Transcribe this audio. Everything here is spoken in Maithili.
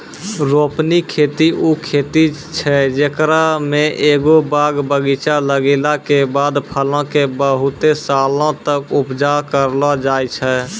रोपनी खेती उ खेती छै जेकरा मे एगो बाग बगीचा लगैला के बाद फलो के बहुते सालो तक उपजा करलो जाय छै